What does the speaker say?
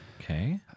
okay